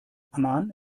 amman